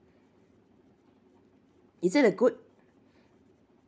is there a good